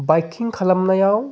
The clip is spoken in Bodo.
बाइकिं खालामनायाव